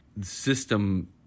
System